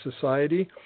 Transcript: society